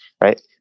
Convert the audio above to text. right